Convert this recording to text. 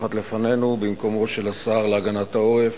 המונחת לפנינו במקומו של השר להגנת העורף,